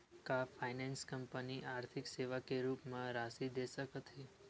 का finance company आर्थिक सेवा के रूप म राशि दे सकत हे?